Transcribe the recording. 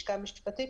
הלשכה המשפטית,